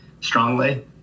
strongly